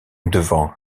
devant